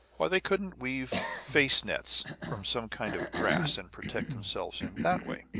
why they couldn't weave face nets from some kind of grass, and protect themselves in that way?